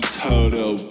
total